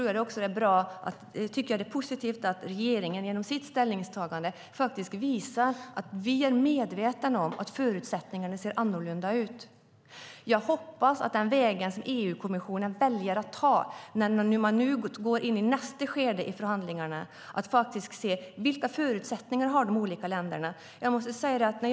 Jag tycker att det är positivt att regeringen genom sitt ställningstagande visar att vi är medvetna om att förutsättningarna ser annorlunda ut. Jag hoppas att den väg som EU-kommissionen väljer att ta när man nu går in i nästa skede i förhandlingarna blir att försöka se vilka förutsättningar de olika länderna har.